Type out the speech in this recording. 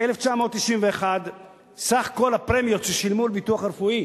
1991 סך כל הפרמיות ששילמו לביטוח הרפואי